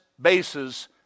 bases